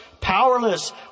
powerless